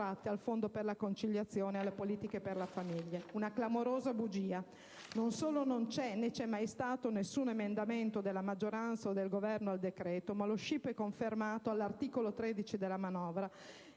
al fondo per la conciliazione e alle politiche per la famiglia. Una clamorosa bugia! Non solo non c'è, né c'è mai stato, nessun emendamento della maggioranza o del Governo al decreto, ma lo scippo è confermato all'articolo 13 della manovra,